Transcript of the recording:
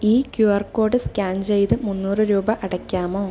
ഈ Q R code scan ചെയ്ത് മുന്നൂറ് രൂപ അടയ്ക്കാമോ